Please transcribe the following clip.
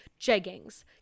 jeggings